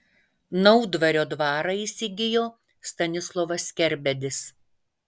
naudvario dvarą įsigijo stanislovas kerbedis